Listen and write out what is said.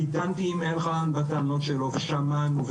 אני דנתי עם אלחנן בטענות שלו ושמענו,